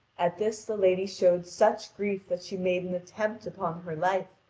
at this the lady showed such grief that she made an attempt upon her life,